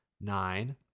nine